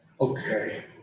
Okay